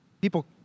People